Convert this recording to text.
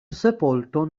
sepolto